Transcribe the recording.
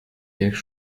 quelque